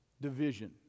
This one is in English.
Division